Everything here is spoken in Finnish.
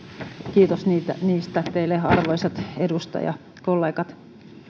kiitos niistä teille arvoisat edustajakollegat